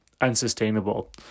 unsustainable